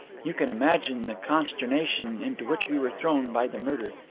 you can imagine the consternation into which we were thrown by the murder.